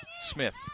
Smith